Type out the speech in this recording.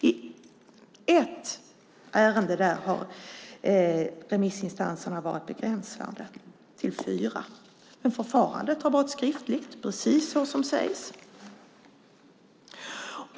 I ett ärende har antalet remissinstanser varit begränsat till 4. Förfarandet har varit skriftligt, precis så som sägs.